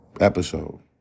episode